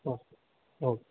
okay okay